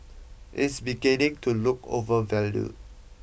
is beginning to look overvalued